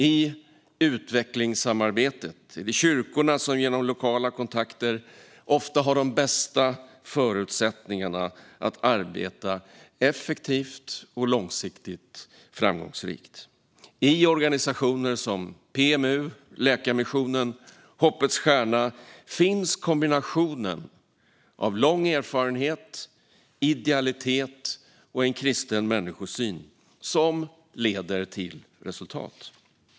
I utvecklingssamarbetet är det kyrkorna som genom lokala kontakter ofta har de bästa förutsättningarna att arbeta effektivt och långsiktigt framgångsrikt. I organisationer som PMU, Läkarmissionen och Hoppets Stjärna finns kombinationen av lång erfarenhet, idealitet och en kristen människosyn, som leder till resultat.